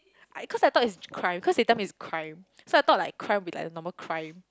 I cause I thought is crime cause they tell me is crime so I thought like crime will be like a normal crime